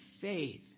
faith